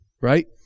right